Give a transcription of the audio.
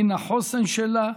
מן החוסן שלה,